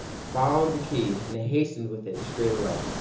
found the key, and hastened with it straightaway,